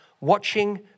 watching